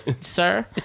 Sir